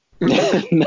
No